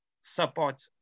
support